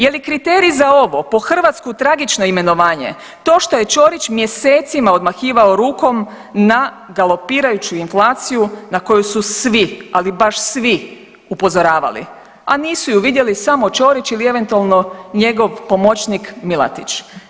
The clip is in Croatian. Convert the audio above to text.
Je li kriterij za ovo po Hrvatsku tragično imenovanje to što je Čorić mjesecima odmahivao rukom na galopirajuću inflaciju na koju su svi, ali baš svi upozoravali, a nisu je vidjeli samo Čorić ili eventualno njegov pomoćnik Milatić.